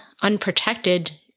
unprotected